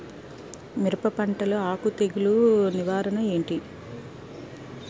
మిరప పంటలో ఆకు తెగులు నివారణ ఏంటి?